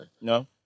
No